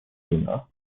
جینا